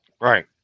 Right